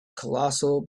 colossal